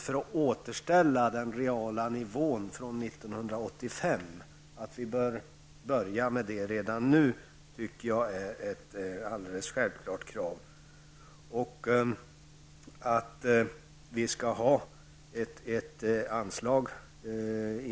Jag tycker att det är självklart att vi redan nu bör börja med att återställa 1985 års reala nivå.